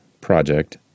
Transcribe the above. project